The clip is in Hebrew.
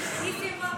אלמוג כהן.